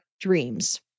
dreams